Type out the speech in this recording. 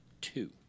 two